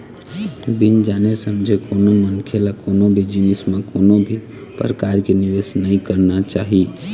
बिन जाने समझे कोनो मनखे ल कोनो भी जिनिस म कोनो भी परकार के निवेस नइ करना चाही